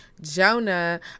Jonah